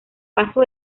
paso